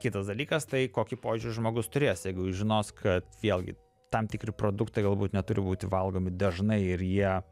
kitas dalykas tai kokį požiūrį žmogus turės jeigu jis žinos kad vėlgi tam tikri produktai galbūt neturi būti valgomi dažnai ir jie